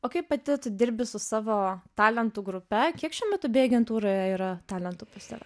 o kaip pati tu dirbi su savo talentų grupe kiek šiuo metu beje agentūroje yra talentų pas tave